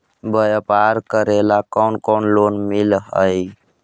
व्यापार करेला कौन कौन लोन मिल हइ?